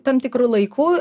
tam tikru laiku